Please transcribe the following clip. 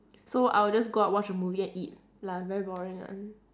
so I would just go out watch a movie and eat lah very boring [one]